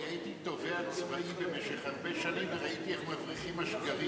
אני הייתי תובע צבאי במשך הרבה שנים וראיתי איך מבריחים אשגרים.